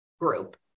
group